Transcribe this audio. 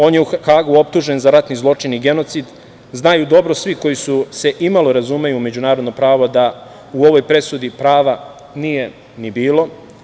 On je u Hagu optužen za ratni zločin i genocid. znaju dobro svi koji se i malo razumeju u međunarodno pravo da u ovoj presudi prava nije ni bilo.